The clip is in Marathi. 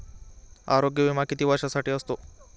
आरोग्य विमा किती वर्षांसाठी असतो?